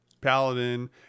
paladin